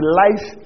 life